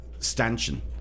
Stanchion